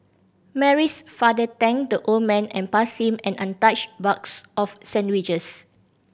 Mary's father thanked the old man and passed him an untouched box of sandwiches